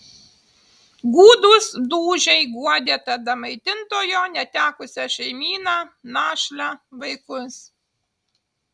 gūdūs dūžiai guodė tada maitintojo netekusią šeimyną našlę vaikus